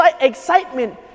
excitement